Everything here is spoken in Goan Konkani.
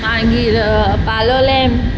मागीर पाळोळें